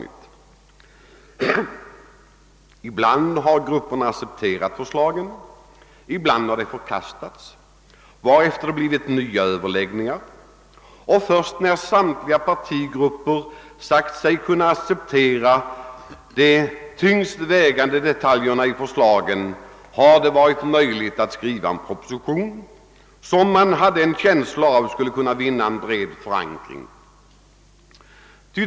Ibland har grupperna accepterat förslagen, ibland har de förkastats, varefter det blivit nya överläggningar. Först när samtliga partigrupper sagt sig kunna acceptera de tyngst vägande detaljerna i förslagen har det varit möjligt att skriva en proposition som — enligt vad man hade en känsla av — skulle kunna vinna en bred förankring.